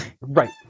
Right